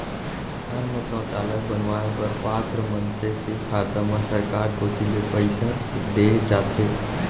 घर म सौचालय बनवाए बर पात्र मनसे के खाता म सरकार कोती ले पइसा दे जाथे